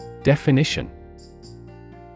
Definition